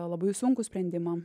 labai sunkų sprendimą